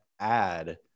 add